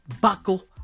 buckle